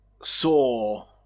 saw